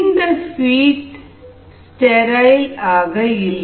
இந்த பீட் ஸ்டேரயில் ஆக இல்லை